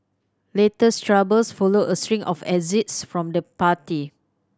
latest troubles follow a string of exits from the party